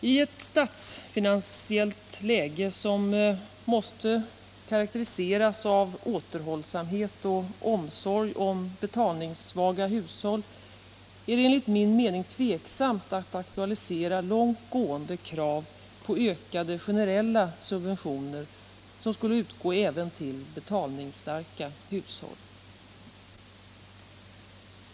I ett statsfinansiellt läge som måste karakteriseras av återhållsamhet och omsorg om betalningssvaga hushåll är det enligt min mening tveksamt att aktualisera långt gående krav på ökade generella subventioner, som skulle utgå även till betalningsstarka hushåll.